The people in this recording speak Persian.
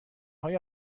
های